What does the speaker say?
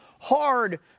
hard